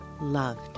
loved